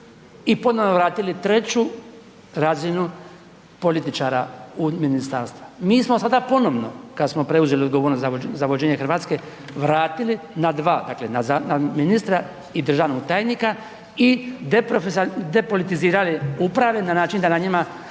i ponovo vratili 3 razinu političara u ministarstva. Mi smo sada ponovno, kad smo preuzeli odgovornost na vođenje Hrvatske vratili na 2, dakle na ministra i državnog tajnika i depolitizirali uprave na način da na njima,